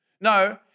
No